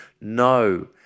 No